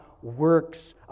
works